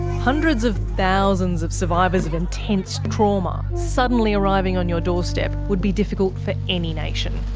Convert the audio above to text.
hundreds of thousands of survivors of intense trauma suddenly arriving on your doorstep would be difficult for any nation.